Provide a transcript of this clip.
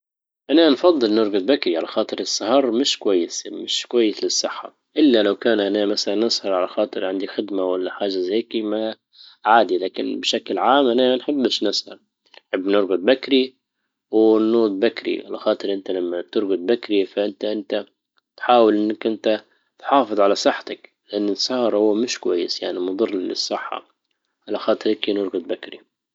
انا نفضل نرجد بكرى على خاطر السهر مش كويس- مش كويس للصحة الا لو كان مثلا نسهر على خاطر عندي خدمة ولا حاجة زي هكى عادي لكن بشكل عام انا ما نحبش نسهر نحب نرقد بكري وننهض بكري على خاطر انت لما ترجد بكري فانت انت تحاول انك انت تحافظ على صحتك لانه السهر هو مش كويس يعني مضر للصحة على خاطر هيك نرقد بكري